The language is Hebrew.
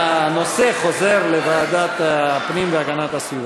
הנושא חוזר לוועדת הפנים והגנת הסביבה.